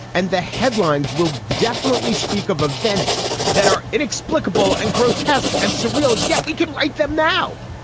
and the headlines will definitely speak of events that are inexplicable and grotesque and surreal. yet we can write them now.